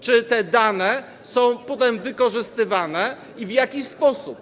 Czy te dane są potem wykorzystywane i w jaki sposób?